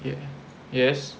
yes yes